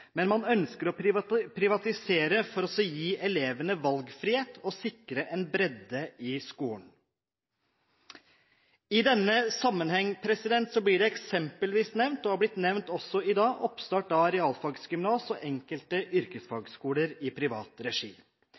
Man ønsker å privatisere for å gi elevene valgfrihet og sikre bredde i skolen. I denne sammenheng blir det eksempelvis nevnt, også i dag, oppstart av realfagsgymnas og enkelte yrkesfagskoler i privat regi.